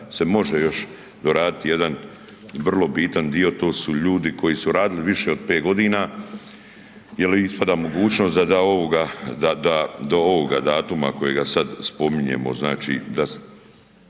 se može još doraditi jedan vrlo bitan dio, to su ljudi koji su radili više od 5 godina jer ispada mogućnost da ovoga da do ovoga datuma kojega sad spominjemo znači da,